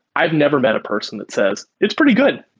i've never met a person that says, it's pretty good.